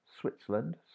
Switzerland